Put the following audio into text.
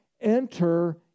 Enter